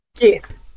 Yes